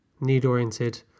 need-oriented